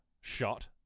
shot